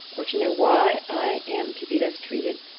or to know why i am to be thus treated,